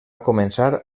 començar